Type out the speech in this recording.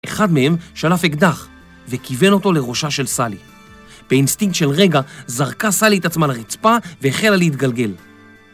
‫אחד מהם שלף אקדח ‫וכיוון אותו לראשה של סלי. ‫באינסטינקט של רגע זרקה סלי ‫את עצמה לרצפה והחלה להתגלגל.